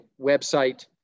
website